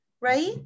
right